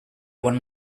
one